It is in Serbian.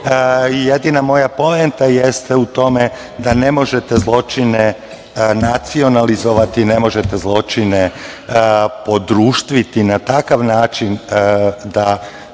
Jedina moja poenta jeste u tome da ne možete zločine nacionalizovati, ne možete zločine podruštviti na takav način da